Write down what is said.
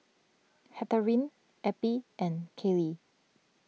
Henriette Eppie and Caylee